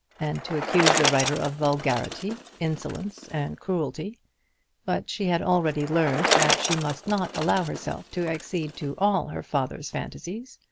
and to accuse the writer of vulgarity, insolence, and cruelty but she had already learned that she must not allow herself to accede to all her father's fantasies.